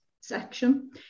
section